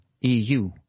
EU